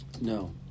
no